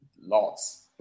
Lots